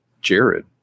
Jared